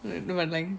you know